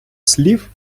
слів